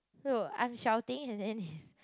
no I'm shouting and then he's